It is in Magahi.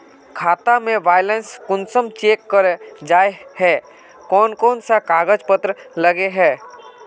खाता में बैलेंस कुंसम चेक करे जाय है कोन कोन सा कागज पत्र लगे है?